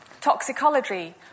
toxicology